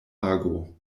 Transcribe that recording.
ago